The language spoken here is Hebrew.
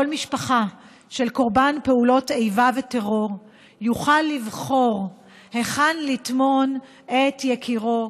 כל משפחה של קורבן פעולות איבה וטרור תוכל לבחור היכן לטמון את יקירה,